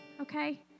okay